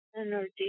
energy